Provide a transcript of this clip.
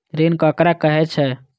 ऋण ककरा कहे छै?